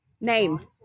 name